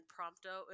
Prompto